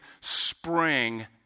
spring